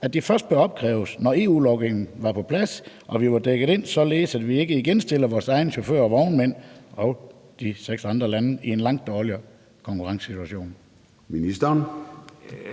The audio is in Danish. på, først bliver opkrævet, når EU-lovgivningen er på plads og vi er dækket ind, således at vi ikke igen stiller vores egne chauffører og vognmænd og de seks andre lande i en langt dårligere konkurrencesituation?